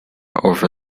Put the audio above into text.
over